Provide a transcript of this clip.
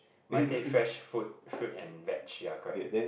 mine say fresh food fruit and veg~ ya correct